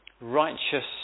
righteous